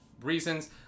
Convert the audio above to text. reasons